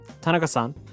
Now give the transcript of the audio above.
Tanaka-san